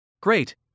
Great